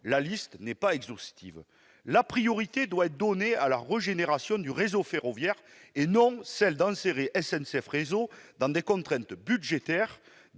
La liste n'est pas exhaustive ! La priorité doit être donnée à la régénération du réseau ferroviaire et non à enserrer SNCF Réseau dans des contraintes budgétaires